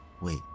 Wait